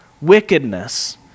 wickedness